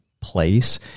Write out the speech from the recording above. place